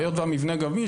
היות שהמבנה גמיש,